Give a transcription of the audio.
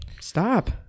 stop